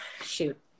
shoot